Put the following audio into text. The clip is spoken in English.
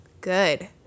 good